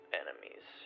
enemies